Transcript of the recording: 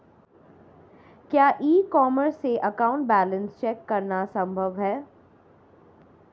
क्या e corner से account balance check करना संभव है?